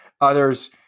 others